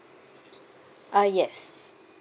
ah yes